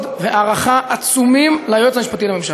והערכה עצומים ליועץ המשפטי לממשלה.